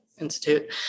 Institute